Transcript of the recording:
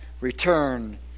return